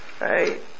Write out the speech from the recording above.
Right